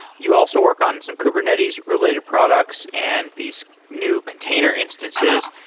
you also work on some kubernetes related products and these new container instances,